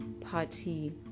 party